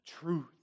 truth